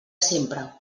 sempre